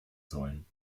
sollen